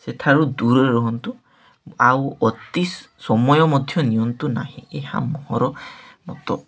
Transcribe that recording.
ସେଠାରୁ ଦୂରରେ ରୁହନ୍ତୁ ଆଉ ଅତି ସମୟ ମଧ୍ୟ ନିଅନ୍ତୁ ନାହିଁ ଏହା ମୋହର ମତ